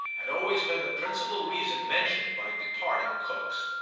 had always been the principal reason mentioned by departing cooks.